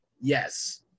yes